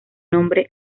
nombre